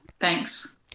Thanks